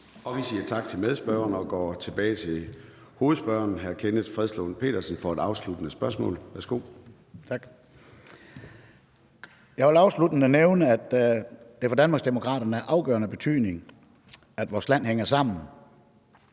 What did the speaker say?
Vi siger tak til medspørgeren og går tilbage til hovedspørgeren, hr. Kenneth Fredslund Petersen, for et afsluttende spørgsmål. Værsgo. Kl. 14:23 Kenneth Fredslund Petersen (DD): Tak. Jeg vil afsluttende nævne, at det for Danmarksdemokraterne er af afgørende betydning, at vores land hænger sammen,